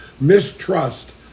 mistrust